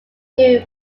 new